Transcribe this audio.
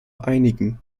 einigen